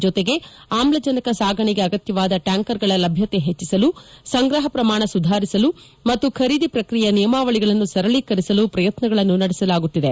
ಜೊತೆಗೆ ಆಮ್ಲಜನಕ ಸಾಗಣೆಗೆ ಅಗತ್ಯವಾದ ಟ್ಯಾಂಕರ್ಗಳ ಲಭ್ಯತೆ ಹೆಚ್ಚಿಸಲು ಸಂಗ್ರಹ ಪ್ರಮಾಣ ಸುಧಾರಿಸಲು ಮತ್ತು ಖರೀದಿ ಪ್ರಕ್ರಿಯೆಯ ನಿಯಮಾವಳಿಗಳನ್ನು ಸರಳೀಕರಿಸಲು ಪ್ರಯತ್ನಗಳನ್ನು ನಡೆಸಲಾಗುತ್ತಿದೆ